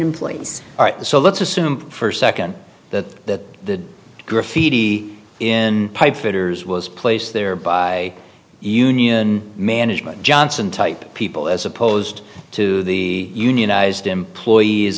employees are so let's assume for a second that the graffiti in pipefitters was placed there by union management johnson type people as opposed to the unionized employees